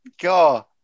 God